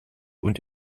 und